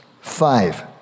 five